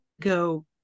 go